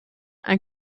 ein